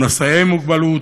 או נשאי מוגבלות,